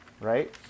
right